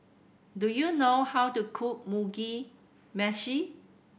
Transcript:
do you know how to cook Mugi Meshi